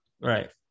right